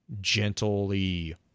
gently